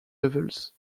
levels